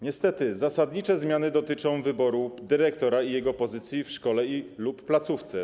Niestety zasadnicze zmiany dotyczą wyboru dyrektora i jego pozycji w szkole lub placówce.